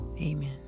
Amen